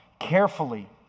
carefully